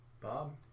Bob